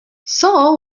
saul